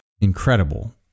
incredible